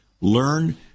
learn